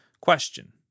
Question